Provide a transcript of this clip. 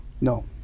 No